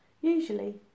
Usually